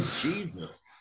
Jesus